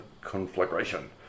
conflagration